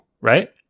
right